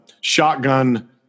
shotgun